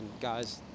guys